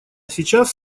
сейчас